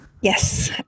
Yes